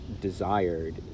desired